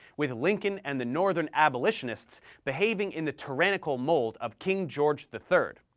with lincoln and the northern abolitionists behaving in the tyrannical mold of king george the third.